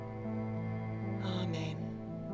amen